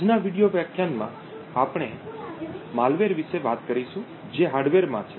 આજના વિડિઓ વ્યાખ્યાનમાં આપણે malwareમlલવેર વિશે વાત કરીશું જે હાર્ડવેરમાં છે